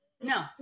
No